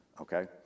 okay